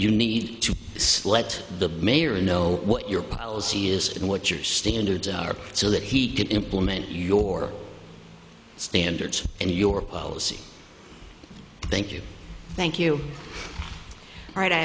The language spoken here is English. you need to select the mayor know what your policy is and what your standards are so that he can implement your standards and your policy thank you thank you all right i